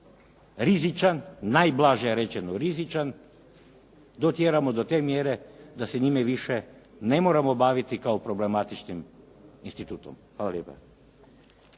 rizičan, najblaže rečeno rizičan dotjeramo do te mjere da se više njime ne moramo baviti kao problematičnim institutom. Hvala lijepa.